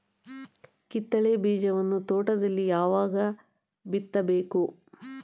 ಕಿತ್ತಳೆ ಬೀಜವನ್ನು ತೋಟದಲ್ಲಿ ಯಾವಾಗ ಬಿತ್ತಬೇಕು?